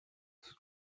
use